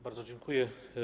Bardzo dziękuję.